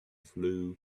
flue